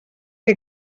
que